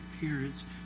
parents